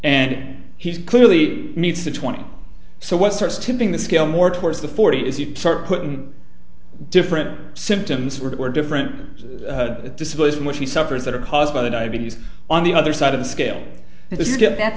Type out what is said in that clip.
and he's clearly meets the twenty so what starts tipping the scale more towards the forty is you start putting different symptoms were different disciplines which he suffers that are caused by the diabetes on the other side of the scale